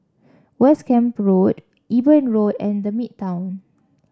West Camp Road Eben Road and The Midtown